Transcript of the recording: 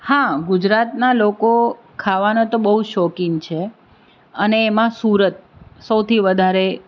હા ગુજરાતનાં લોકો ખાવાના તો બહુ જ શોખીન છે અને એમાં સુરત સૌથી વધારે